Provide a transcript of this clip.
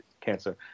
cancer